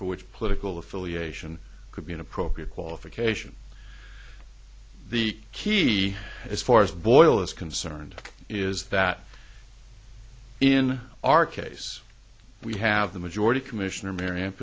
for which political affiliation could be an appropriate qualification the key as far as boyle is concerned is that in our case we have the majority commissioner mari